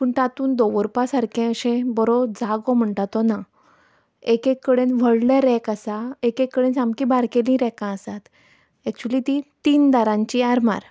पूण तातून दवरपा सारकें अशें बरो जागो म्हणटा तो ना एकेक कडेन व्हडले रॅक आसा एक एक कडेन सामकी बारकेलीं रॅकां आसात एक्चुली तीं तीन दारांची आरमार